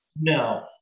No